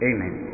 Amen